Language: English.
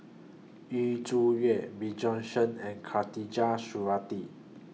Yu Zhuye Bjorn Shen and Khatijah Surattee